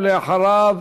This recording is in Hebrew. ואחריו,